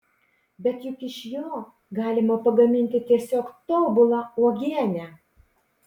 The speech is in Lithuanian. bet juk iš jo galima pagaminti tiesiog tobulą uogienę